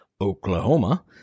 Oklahoma